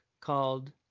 called